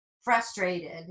frustrated